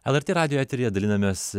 lrt radijo eteryje dalinamės